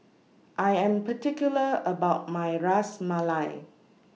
I Am particular about My Ras Malai